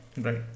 Right